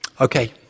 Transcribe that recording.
Okay